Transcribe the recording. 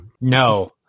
No